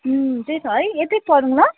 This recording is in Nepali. अँ त्यही त है यतै पढौँ ल